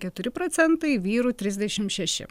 keturi procentai vyrų trisdešim šeši